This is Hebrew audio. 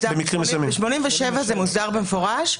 בסעיף 87 זה מוסדר במפורש.